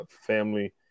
family